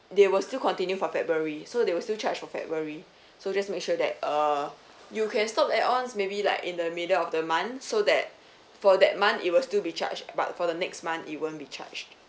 they will still continue for february so they will still charge for february so just make sure that uh you can stop the add-ons maybe like in the middle of the month so that for that month it will still be charged but for the next month it won't be charged